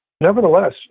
Nevertheless